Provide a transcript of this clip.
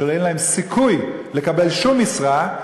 שאין להם סיכוי לקבל שום משרה.